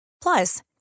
Plus